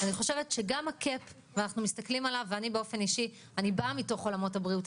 אני באופן אישי באה מתוך עולמות הבריאות,